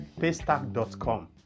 paystack.com